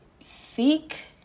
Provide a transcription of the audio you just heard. Seek